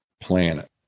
planet